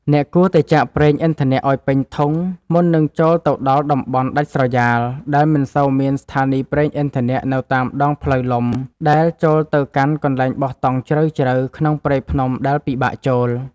អ្នកគួរតែចាក់ប្រេងឥន្ធនៈឱ្យពេញធុងមុននឹងចូលទៅដល់តំបន់ដាច់ស្រយាលដែលមិនសូវមានស្ថានីយប្រេងឥន្ធនៈនៅតាមដងផ្លូវលំដែលចូលទៅកាន់កន្លែងបោះតង់ជ្រៅៗក្នុងព្រៃភ្នំដែលពិបាកចូល។